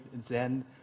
Zen